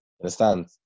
understand